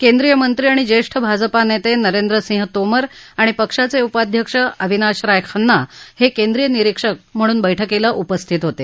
केंद्रीय मंत्री आणि ज्येष्ठ भाजपा नेते नरेंद्र सिंह तोमर आणि पक्षाचे उपाध्यक्ष अविनाश राय खन्ना हे केंद्रीय निरीक्षक म्हणून बैठकीला उपस्थित होते